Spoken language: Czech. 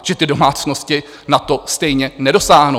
Že ty domácnosti na to stejně nedosáhnou.